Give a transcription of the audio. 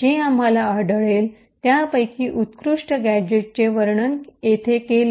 जे आम्हाला आढळले त्यापैकी उत्कृष्ट गॅझेटचे वर्णन येथे केले